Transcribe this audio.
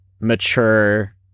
mature